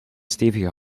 stevige